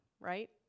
Right